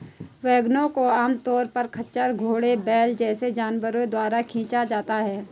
वैगनों को आमतौर पर खच्चर, घोड़े, बैल जैसे जानवरों द्वारा खींचा जाता है